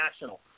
national